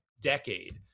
decade